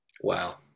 Wow